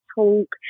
talk